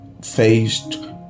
faced